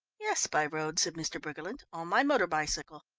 yes, by road, said mr. briggerland, on my motor-bicycle.